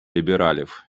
лібералів